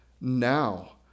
now